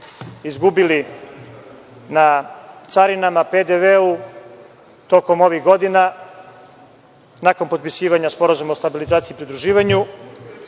izgubili na carinama, PDV-u tokom ovih godina, a nakon potpisivanja Sporazuma o stabilizaciji i pridruživanju